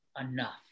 enough